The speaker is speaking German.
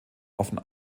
offen